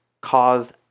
caused